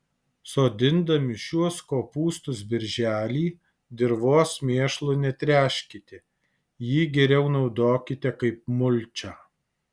sodindami šiuos kopūstus birželį dirvos mėšlu netręškite jį geriau naudokite kaip mulčią